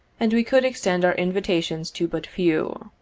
and we could extend our invitations to but few.